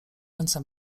ręce